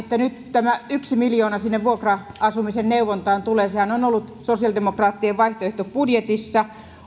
tämä miljoona sinne vuokra asumisen neuvontaan tulee sehän on ollut sosiaalidemokraattien vaihtoehtobudjetissa